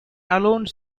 alone